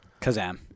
Kazam